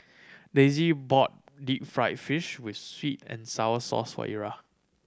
Daisie bought deep fried fish with sweet and sour sauce for Ira